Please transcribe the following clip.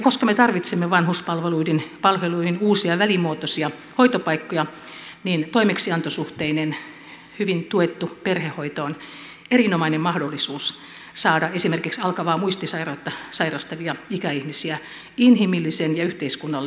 koska me tarvitsemme vanhuspalveluiden uusia välimuotoisia hoitopaikkoja niin toimeksiantosuhteinen hyvin tuettu perhehoito on erinomainen mahdollisuus saada esimerkiksi alkavaa muistisairautta sairastavia ikäihmisiä inhimillisen ja yhteiskunnalle edullisen hoidon pariin